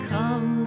Come